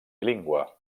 bilingüe